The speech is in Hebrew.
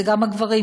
כן?